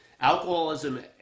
Alcoholism